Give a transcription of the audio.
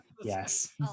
Yes